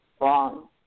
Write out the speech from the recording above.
wrong